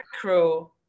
crew